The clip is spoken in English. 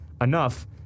enough